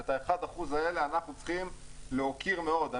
ואת ה-1% האלה אנחנו צריכים להוקיר מאוד.